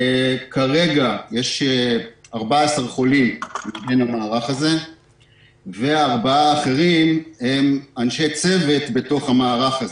כרגע יש 14 חולים בתוך המערך הזה וארבעה אחרים הם אנשי צוות בתוך המערך.